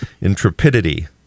intrepidity